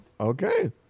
Okay